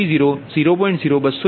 0132332 અને ∆V30 0